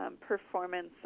performance